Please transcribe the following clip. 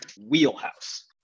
wheelhouse